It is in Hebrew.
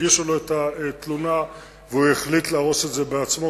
הגישו לו את התלונה והוא החליט להרוס את זה בעצמו,